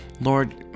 Lord